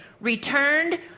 returned